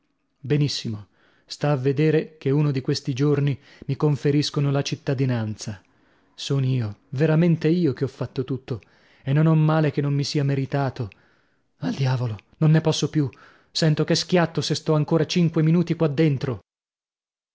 benissimo sta a vedere che uno di questi giorni mi conferiscono la cittadinanza son io veramente io che ho fatto tutto e non ho male che non mi sia meritato al diavolo non ne posso più sento che schiatto se sto ancora cinque minuti qua dentro